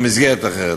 במסגרת אחרת.